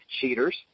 cheaters